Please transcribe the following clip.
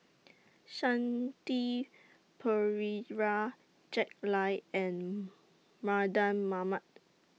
Shanti Pereira Jack Lai and Mardan Mamat